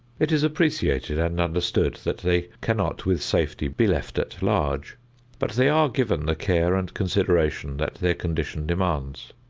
it is appreciated and understood that they cannot with safety be left at large but they are given the care and consideration that their condition demands.